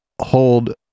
hold